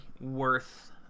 worth